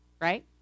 right